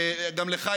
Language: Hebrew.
גם לך,